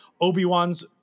Obi-Wan's